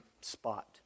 spot